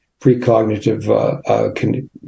precognitive